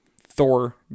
Thor